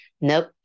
nope